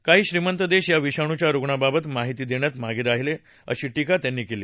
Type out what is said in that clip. काही श्रीमंत देश या विषाणूच्या रुग्णाबाबात माहिती देण्यात मागं राहिले अशी टीका त्यांनी केली